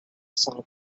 saw